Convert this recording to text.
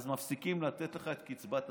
אז מפסיקים לתת לך את קצבת השאירים.